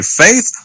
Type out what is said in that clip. faith